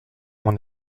mon